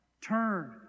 turn